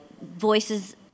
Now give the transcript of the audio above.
voices